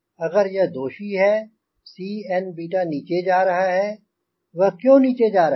अगर यह दोषी है Cnनीचे जा रहा है वह क्यों नीचे जा रहा है